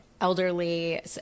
elderly